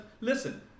listen